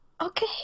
Okay